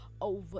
over